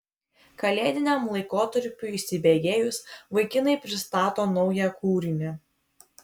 kalėdiniam laikotarpiui įsibėgėjus vaikinai pristato naują kūrinį